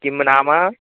किं नाम